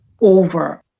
over